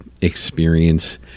experience